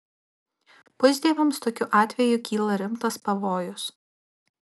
pusdieviams tokiu atveju kyla rimtas pavojus